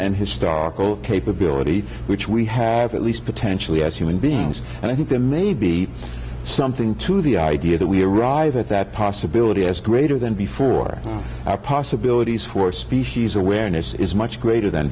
and his star capability which we have at least potentially as human beings and i think there may be something to the idea that we arrive at that possibility as greater than before our possibilities for species awareness is much greater than